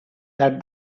that